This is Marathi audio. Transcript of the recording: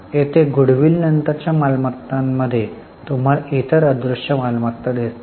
येथे नंतरच्या मालमत्तांमध्ये तुम्हाला इतर अदृश्य मालमत्ता दिसतात